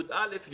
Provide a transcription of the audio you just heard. י"א,